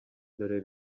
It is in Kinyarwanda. dore